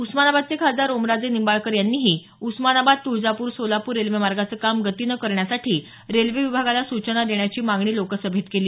उस्मानाबादचे खासदार ओमराजे निंबाळकर यांनीही उस्मानाबाद तुळजापूर सोलापूर रेल्वेमार्गाचं काम गतीनं करण्यासाठी रेल्वे विभागाला सूचना देण्याची मागणी लोकसभेत केली